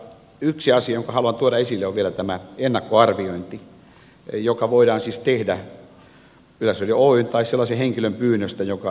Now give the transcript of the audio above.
yksi asia jonka vielä haluan tuoda esille on tämä ennakkoarviointi joka voidaan siis tehdä yleisradio oyn tai sellaisen henkilön pyynnöstä jonka etua asia koskee